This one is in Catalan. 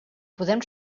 podem